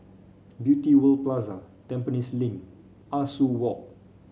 Beauty World Plaza Tampines Link Ah Soo Walk